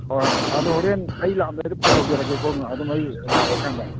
ꯍꯣꯏ ꯑꯗꯣ ꯍꯣꯔꯦꯟ ꯑꯩ ꯂꯥꯛꯑꯝꯗꯥꯏꯗ ꯐꯣꯟ ꯇꯧꯖꯔꯛꯑꯒꯦꯀꯣ ꯑꯗꯨꯝ ꯑꯩ ꯂꯥꯛꯑꯦ ꯀꯥꯟꯗ